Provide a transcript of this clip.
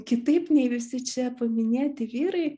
kitaip nei visi čia paminėti vyrai